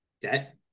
debt